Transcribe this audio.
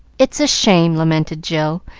it's a shame! lamented jill,